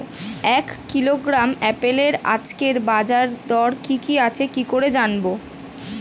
এক কিলোগ্রাম আপেলের আজকের বাজার দর কি কি আছে কি করে জানবো?